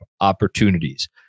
opportunities